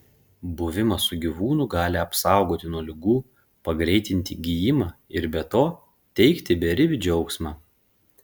buvimas su gyvūnu gali apsaugoti nuo ligų pagreitinti gijimą ir be to teikti beribį džiaugsmą